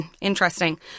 interesting